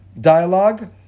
dialogue